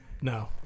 No